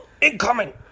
incoming